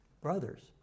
Brothers